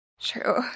True